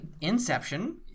Inception